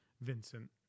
Vincent